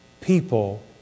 people